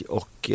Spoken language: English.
och